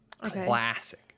Classic